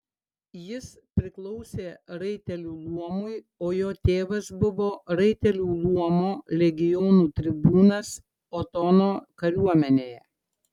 jis priklausė raitelių luomui o jo tėvas buvo raitelių luomo legionų tribūnas otono kariuomenėje